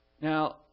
Now